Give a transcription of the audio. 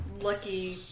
lucky